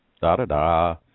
da-da-da